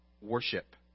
worship